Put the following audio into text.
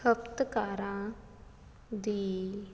ਖਪਤਕਾਰਾਂ ਦੀ